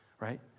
right